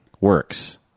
works